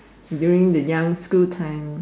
during the young school time